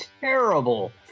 terrible